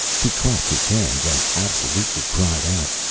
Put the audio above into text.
he clapped his hands and absolutely cried out,